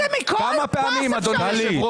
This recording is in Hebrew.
ירדתם מכל פס אפשרי.